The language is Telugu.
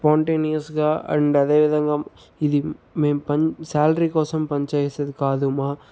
స్పాంటేనియస్గా అండ్ అదే విధంగా ఇది మేం పన్ శాలరీ కోసం పనిచేసేది కాదు మా